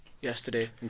yesterday